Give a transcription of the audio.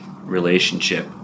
relationship